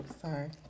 Sorry